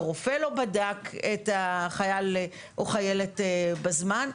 שרופא לא בדק את החייל או החיילת בזמן.